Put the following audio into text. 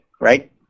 right